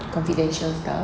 confidential stuff